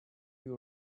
you